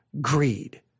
greed